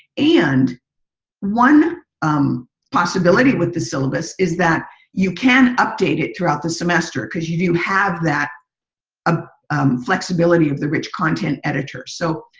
and one um possibility with the syllabus is that you can update it throughout the semesters because you do have that ah flexibility of the rich content editors. so,